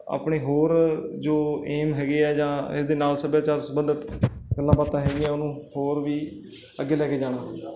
ਆਪਣੇ ਹੋਰ ਜੋ ਏਮ ਹੈਗੇ ਆ ਜਾਂ ਇਸ ਦੇ ਨਾਲ ਸੱਭਿਆਚਾਰ ਸੰਬੰਧਿਤ ਗੱਲਾਂ ਬਾਤਾਂ ਹੈਗੀਆਂ ਉਹਨੂੰ ਹੋਰ ਵੀ ਅੱਗੇ ਲੈ ਕੇ ਜਾਣਾ ਹੁੰਦਾ